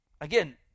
Again